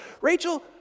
Rachel